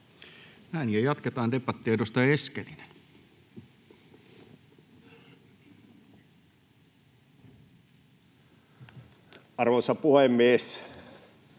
Näin. — Ja jatketaan debattia. Edustaja Eskelinen. Arvoisa puhemies!